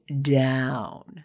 down